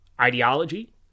ideology